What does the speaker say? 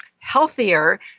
healthier